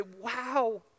wow